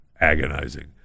agonizing